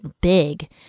big